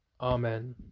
Amen